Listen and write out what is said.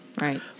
Right